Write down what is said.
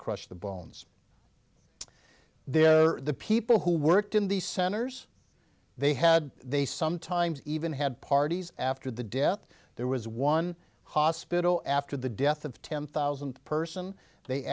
crush the bones then the people who worked in these centers they had they sometimes even had parties after the death there was one hospital after the death of ten thousand person they